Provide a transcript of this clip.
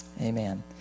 amen